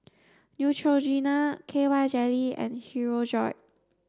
Neutrogena K Y jelly and Hirudoid